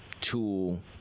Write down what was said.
tool